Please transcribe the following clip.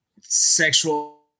sexual